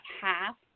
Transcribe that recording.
half